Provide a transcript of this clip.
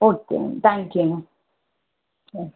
okay ma'am thank you ma'am ம்